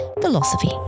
philosophy